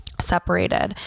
separated